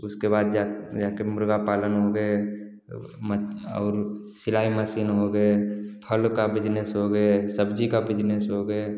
उसके बाद जाक जाकर मुर्गा पालन हो गया मछ आउर सिलाई मसीन हो गया फल का बिजनेस हो गया सब्ज़ी का बिजनेस हो गया